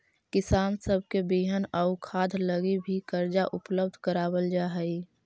किसान सब के बिहन आउ खाद लागी भी कर्जा उपलब्ध कराबल जा हई